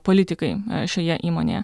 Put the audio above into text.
politikai šioje įmonėje